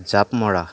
জাপ মৰা